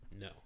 no